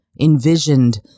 envisioned